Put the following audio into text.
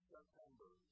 September